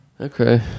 Okay